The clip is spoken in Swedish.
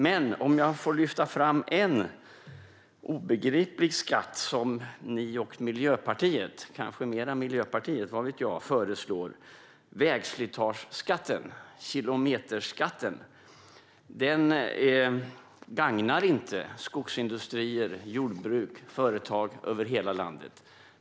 Men om jag får vill jag lyfta fram en obegriplig skatt som ni och Miljöpartiet - kanske mer Miljöpartiet; vad vet jag - föreslår: vägslitageskatten, kilometerskatten. Den gagnar inte skogsindustri, jordbruk och företag över hela landet.